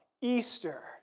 Easter